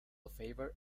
favored